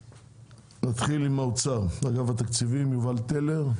נתחיל עם האוצר יובל טלר מאגף התקציבים.